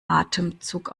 atemzug